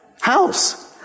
house